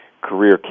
career